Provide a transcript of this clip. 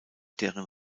deren